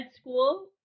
school